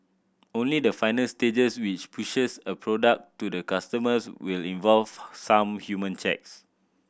only the final stages which pushes a product to the customers will involve some human checks